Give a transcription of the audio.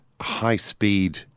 high-speed